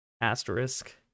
Asterisk